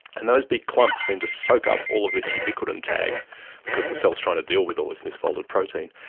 and of those big clumps seem to soak up all of this ubiquitin tag because the cell is trying to deal with all this misfolded protein.